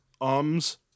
ums